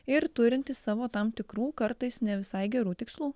ir turintys savo tam tikrų kartais ne visai gerų tikslų